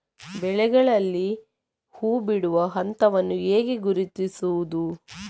ಬೆಳೆಗಳಲ್ಲಿ ಹೂಬಿಡುವ ಹಂತವನ್ನು ಹೇಗೆ ಗುರುತಿಸುವುದು?